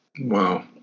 wow